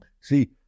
See